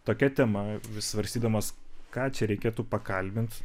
tokia tema vis svarstydamas ką čia reikėtų pakalbint